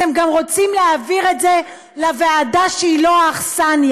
אתם גם רוצים להעביר את זה לוועדה שהיא לא האכסניה.